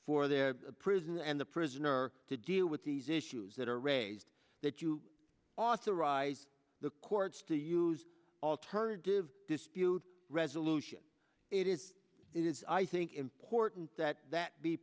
for the prison and the prisoner to deal with these issues that are raised that you authorize the courts to use alternative dispute resolution it is it is i think important that that be